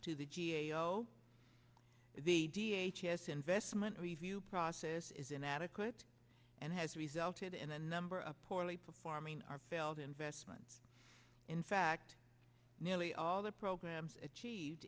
to the g a o the d h s s investment review process is inadequate and has resulted in a number of poorly performing our failed investments in fact nearly all the programs achieved